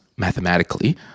Mathematically